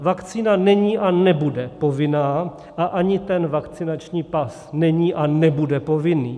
Vakcína není a nebude povinná a ani vakcinační pas není a nebude povinný.